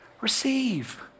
Receive